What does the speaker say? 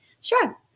sure